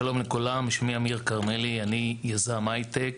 שלום לכולם, שמי אמיר כרמלי, אני יזם הייטק,